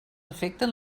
afecten